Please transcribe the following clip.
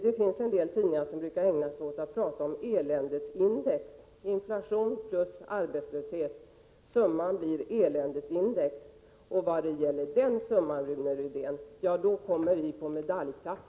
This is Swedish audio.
Det finns en del tidningar som brukar ägna sig åt att tala om eländesindex, dvs. att summan av inflation och arbetslöshet blir eländesindex. När det gäller den summan, Rune Rydén, kommer vi på medaljplats.